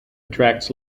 attracts